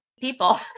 people